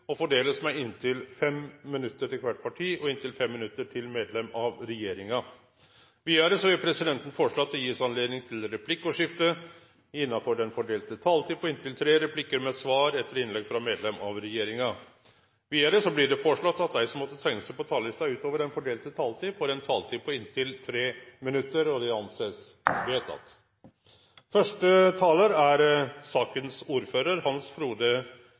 og fordeles med inntil 5 minutter til hvert parti og inntil 5 minutter til medlem av regjeringen. Videre vil presidenten foreslå at det gis anledning til replikkordskifte på inntil tre replikker med svar etter innlegg fra medlem av regjeringen innenfor den fordelte taletid. Videre blir det foreslått at de som måtte tegne seg på talerlisten utover den fordelte taletid, får en taletid på inntil 3 minutter. – Det anses vedtatt.